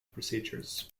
procedures